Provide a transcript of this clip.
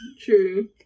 True